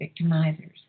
victimizers